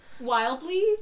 wildly